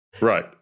right